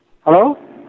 hello